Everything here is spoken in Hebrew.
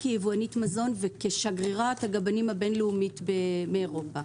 כיבואנית מזון וכשגרירת הגבנים הבין לאומית באירופה